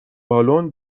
بالن